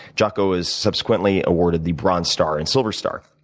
jock ah was subsequently awarded the bronze star and silver star.